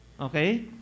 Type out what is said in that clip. Okay